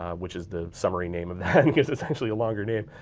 um which is the summary name of that cause it's actually a longer name.